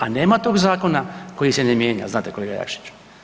A nema tog zakona koji se ne mijenja, znate kolega Jakšiću.